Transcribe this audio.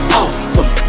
awesome